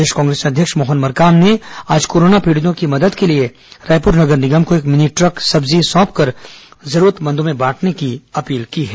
प्रदेश कांग्रेस अध्यक्ष मोहन मरकाम ने आज कोरोना पीड़ितों की मदद के लिए रायपुर नगर निगम को एक मिनी ट्रक सब्जी सौंपकर जरूरतमंदों में बांटने की अपील की है